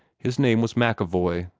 his name was macevoy,